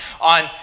on